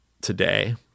today